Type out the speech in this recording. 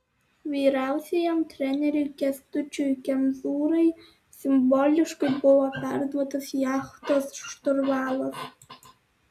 vyriausiajam treneriui kęstučiui kemzūrai simboliškai buvo perduotas jachtos šturvalas